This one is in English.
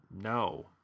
no